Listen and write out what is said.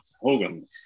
Hogan